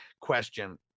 question